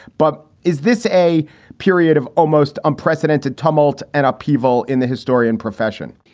but is this a period of almost unprecedented tumult and upheaval in the historian profession?